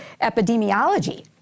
epidemiology